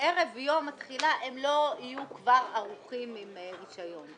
ערב יום התחילה הם לא יהיו ערוכים כבר עם רישיון.